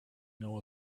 know